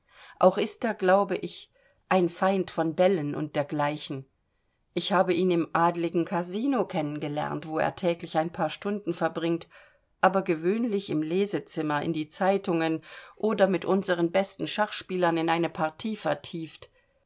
auch ist er glaube ich ein feind von bällen und dergleichen ich habe ihn im adeligen kasino kennen gelernt wo er täglich ein paar stunden verbringt aber gewöhnlich im lesezimmer in die zeitungen oder mit unseren besten schachspielern in eine partie vertieft